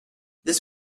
this